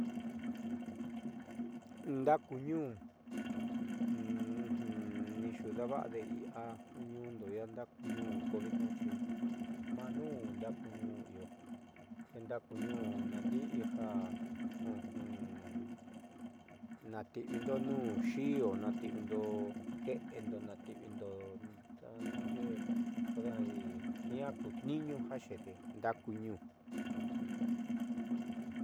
Ndaakuñuun nixuudava'ade ñuundo i'ia ndaakuñuun ko vitnaa maa nuun ndaakuñuun iio tendaku ñuun naandi'i ja nati'ivindo nuun xi'io nati'ivindo ke'endo noti'ivindo ta naaxeé kodejadi jiaa ku tni'iñu ja xede ndaakuñu'un.